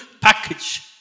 package